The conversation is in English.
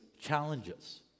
challenges